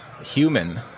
human